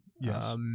Yes